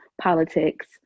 politics